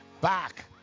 back